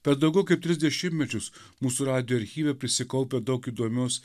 per daugiau kaip tris dešimtmečius mūsų radijo archyve prisikaupė daug įdomios